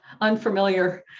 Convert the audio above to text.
unfamiliar